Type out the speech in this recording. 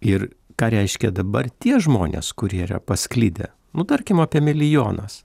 ir ką reiškia dabar tie žmonės kurie yra pasklidę nu tarkim apie milijonas